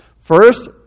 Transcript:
First